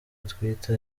atwite